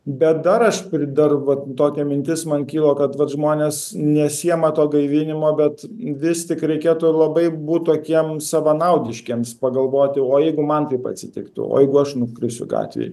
bet dar aš dar vat tokia mintis man kilo kad žmonės nesiima to gaivinimo bet vis tik reikėtų labai būt tokiems savanaudiškiems pagalvoti o jeigu man taip atsitiktų o jeigu aš nukrisiu gatvėj